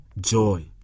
joy